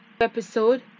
episode